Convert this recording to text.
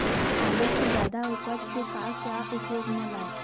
आलू कि जादा उपज के का क्या उपयोग म लाए?